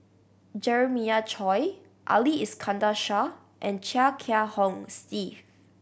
Jeremiah Choy Ali Iskandar Shah and Chia Kiah Hong Steve